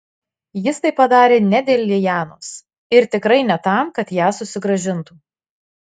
jis tai padarė ne dėl lianos ir tikrai ne tam kad ją susigrąžintų